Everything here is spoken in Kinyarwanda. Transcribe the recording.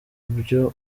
byo